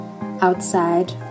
Outside